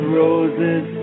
roses